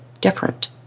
different